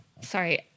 sorry